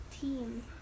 team